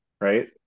right